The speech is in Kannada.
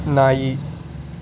ನಾಯಿ